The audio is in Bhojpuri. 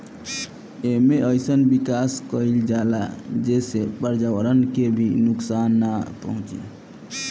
एमे अइसन विकास कईल जाला जेसे पर्यावरण के भी नुकसान नाइ पहुंचे